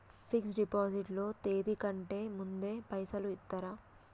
Fix డ్ deposit లో తేది కంటే ముందే పైసలు ఇత్తరా?